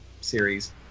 series